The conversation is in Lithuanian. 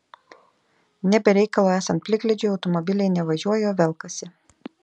ne be reikalo esant plikledžiui automobiliai ne važiuoja o velkasi